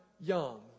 young